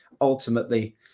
ultimately